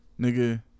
Nigga